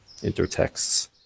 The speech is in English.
intertexts